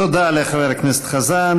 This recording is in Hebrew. תודה לחבר הכנסת חזן.